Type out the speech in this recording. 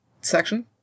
section